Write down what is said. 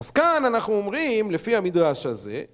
אז כאן אנחנו אומרים לפי המדרש הזה